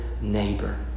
neighbor